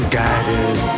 guided